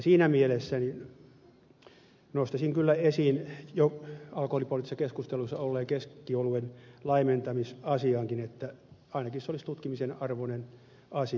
siinä mielessä nostaisin kyllä esiin jo alkoholipoliittisessa keskustelussa olleen keskioluen laimentamisasiankin että ainakin se olisi tutkimisen arvoinen asia